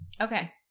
Okay